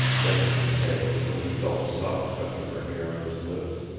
bending his head until he felt the soft touch of her hair on his lips.